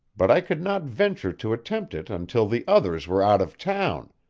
but i could not venture to attempt it until the others were out of town,